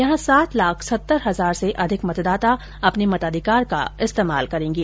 यहां सात लाख सत्तर हजार से अधिक मतदाता अपने मताधिकार का इस्तेमाल करेंगे